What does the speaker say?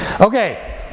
Okay